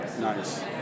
Nice